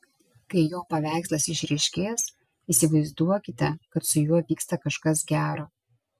kai jo paveikslas išryškės įsivaizduokite kad su juo vyksta kažkas gero